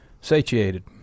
Satiated